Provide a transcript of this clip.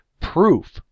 proof